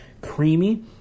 Creamy